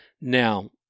Now